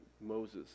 moses